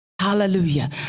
Hallelujah